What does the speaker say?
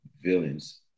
villains